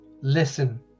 listen